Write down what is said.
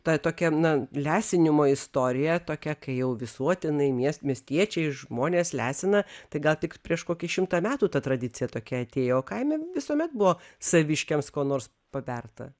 ta tokia na lesinimo istorija tokia kai jau visuotinai mies miestiečiai žmonės lesina tai gal tik prieš kokį šimtą metų ta tradicija tokia atėjo o kaime visuomet buvo saviškiams ko nors paberta